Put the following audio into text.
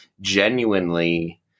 genuinely